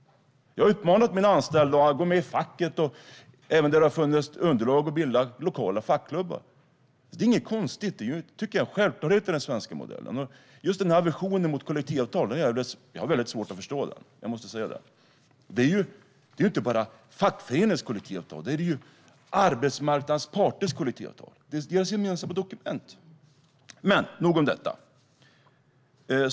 Jag har uppmanat mina anställda att gå med i facket och, där det har funnits underlag, att bilda lokala fackklubbar. Det är inget konstigt utan en självklarhet i den svenska modellen. Jag har svårt att förstå aversionen mot kollektivavtal. Det är inte bara fackföreningarnas kollektivavtal. Det är arbetsmarknadens parters kollektivavtal. Det är deras gemensamma dokument. Nå, nog om detta.